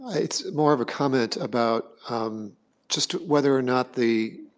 it's more of a comment about um just whether or not the